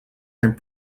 and